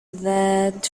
that